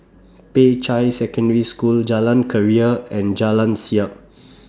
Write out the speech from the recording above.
Peicai Secondary School Jalan Keria and Jalan Siap